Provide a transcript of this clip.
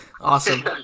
Awesome